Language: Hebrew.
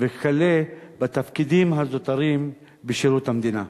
וכלה בתפקידים הזוטרים בשירות המדינה.